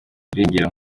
irengero